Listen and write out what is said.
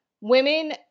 women